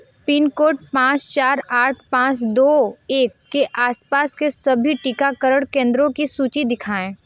pin code पाँच चार आठ पाँच दो एक के आसपास के सभी टीकाकरण केंद्रों की सूची दिखाएँ